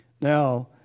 Now